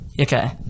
Okay